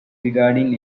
regarding